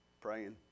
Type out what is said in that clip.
praying